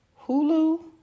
Hulu